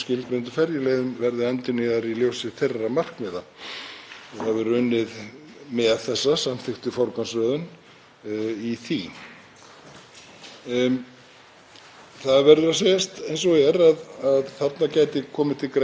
Það verður að segjast eins og er að þarna gæti komið til greina að vera kannski með nýjan orkugjafa eins og ammoníum, ammoníak. Til þess þarf auðvitað að framleiða það. Það er hluti af nýtingu hinna grænu lausna,